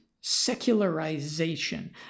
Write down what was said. secularization